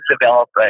developed